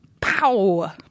Pow